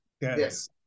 yes